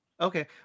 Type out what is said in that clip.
okay